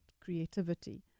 creativity